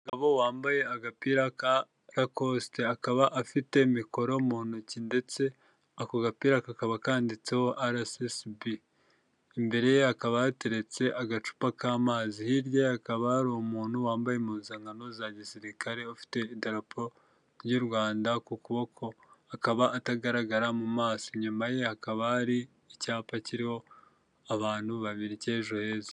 Umugabo wambaye agapira ka la kosite. Akaba afite mikoro mu ntoki. Ndetse ako gapira kakaba kanditseho Arasesibi. Imbere ye hakaba hateretse agacupa k'amazi. Hirya ye hakaba hari umuntu wambaye impuzankano za gisirikare ufite idarapo ry'u Rwanda ku kuboko, akaba atagaragara mu maso. Inyuma ye hakaba hari icyapa kiriho abantu babiri cy'Ejo Heza.